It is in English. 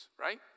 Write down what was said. right